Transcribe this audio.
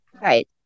Right